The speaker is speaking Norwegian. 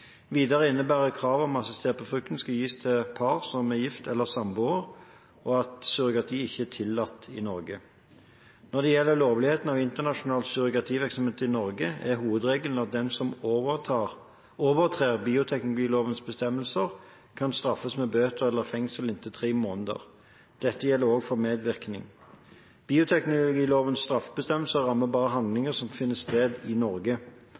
Videre innebærer kravet at assistert befruktning skal gis til par som er gift eller samboere, og at surrogati ikke er tillatt i Norge. Når det gjelder lovligheten av internasjonal surrogativirksomhet i Norge, er hovedregelen at den som overtrer bioteknologilovens bestemmelser, kan straffes med bøter eller fengsel i inntil tre måneder. Dette gjelder også for medvirkning. Bioteknologilovens straffebestemmelse rammer bare handlinger som finner sted i Norge.